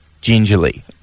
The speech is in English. gingerly